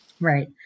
Right